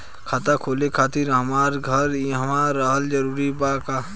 खाता खोले खातिर हमार घर इहवा रहल जरूरी बा का?